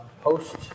post